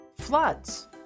Floods